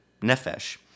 nefesh